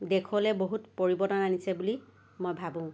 দেশলৈ বহুত পৰিৱৰ্তন আনিছে বুলি মই ভাবোঁ